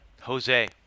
Jose